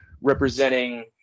representing